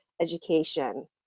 education